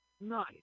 Nice